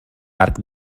arc